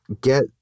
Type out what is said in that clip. get